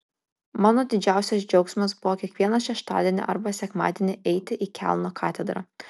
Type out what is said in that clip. mano didžiausias džiaugsmas buvo kiekvieną šeštadienį arba sekmadienį eiti į kelno katedrą